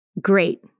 Great